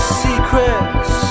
secrets